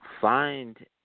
find